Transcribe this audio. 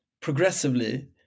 progressively